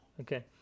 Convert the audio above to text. okay